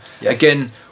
Again